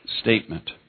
statement